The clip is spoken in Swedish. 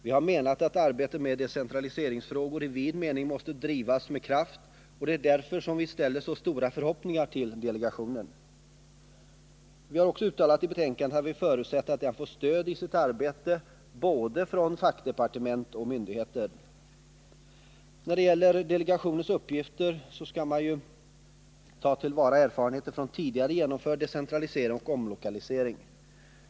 Vi har menat att arbetet med decentraliseringsfrågor i vid mening måste drivas med kraft, och det är därför som vi ställer så stora förhoppningar till delegationen. Vi har också uttalat i betänkandet att vi förutsätter att den får stöd i sitt arbete både från fackdepartementen och från myndigheterna. I vad avser delegationens uppgifter gäller att den skall ta till vara erfarenheter från tidigare genomförd decentralisering och omlokalisering.